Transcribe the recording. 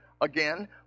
again